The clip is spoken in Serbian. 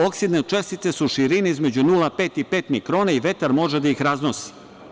Oksidne čestice su širine između 0,5 i 5 mikrona i vetar može da ih raznosi.